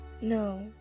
No